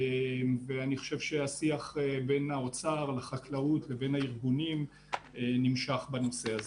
אני חושב שהשיח בין האוצר לחקלאות ולבין הארגונים נמשך בנושא הזה.